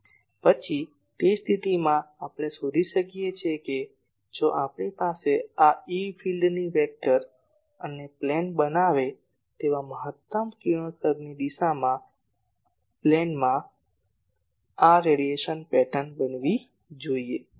પછી તે સ્થિતિમાં આપણે શોધી શકીએ કે જો આપણે આ E ફિલ્ડની વેક્ટર અને પ્લેન બનાવે તેવા મહત્તમ કિરણોત્સર્ગની દિશામાં પ્લેનમાં આ રેડિયેશન પેટર્ન બનાવીએ